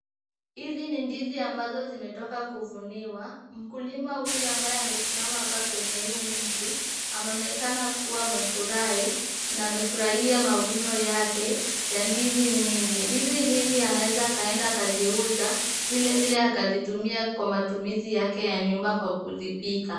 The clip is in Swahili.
Hizi ni ndizi ambazo zimetoka kuvuniwa, mkulima huyu ambaye amesimama hapa kwenye huu mti anaonekana kuwa amefurahi na amefurahia mavuno yake ya ndizi nyingi. Ndizi hizi anaweza akaeanda akaziuza, vilevile akazitumia kwa matumizi yake ya nyumba kwa kuzipika.